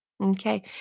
Okay